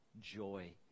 joy